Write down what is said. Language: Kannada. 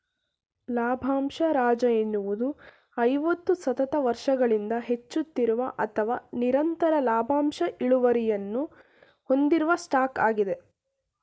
ಲಾಭಂಶ ರಾಜ ಎನ್ನುವುದು ಐವತ್ತು ಸತತ ವರ್ಷಗಳಿಂದ ಹೆಚ್ಚುತ್ತಿರುವ ಅಥವಾ ನಿರಂತರ ಲಾಭಾಂಶ ಇಳುವರಿಯನ್ನ ಹೊಂದಿರುವ ಸ್ಟಾಕ್ ಆಗಿದೆ